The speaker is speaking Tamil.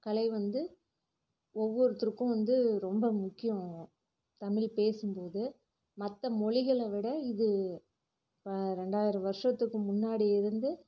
கலை வந்து ஒவ்வொருத்தருக்கும் வந்து ரொம்ப முக்கியம் தமிழ் பேசும்போது மற்ற மொழிகளை விட இது இப்போ ரெண்டாயிரம் வருஷத்துக்கு முன்னாடி இருந்து